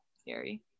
scary